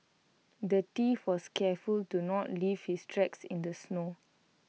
the thief was careful to not leave his tracks in the snow